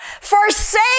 Forsake